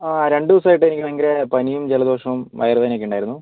ആ രണ്ട് ദിവസമായിട്ട് എനിക്ക് ഭയങ്കര പനിയും ജലദോഷവും വയറ് വേദനയൊക്കെ ഉണ്ടായിരുന്നു